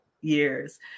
Years